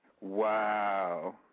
Wow